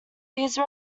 these